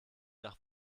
nach